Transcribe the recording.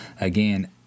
again